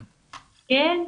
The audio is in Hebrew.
כן,